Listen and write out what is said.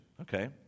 okay